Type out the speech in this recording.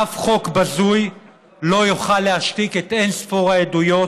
אף חוק בזוי לא יוכל להשתיק את אין-ספור העדויות.